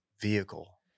vehicle